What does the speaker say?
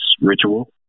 ritual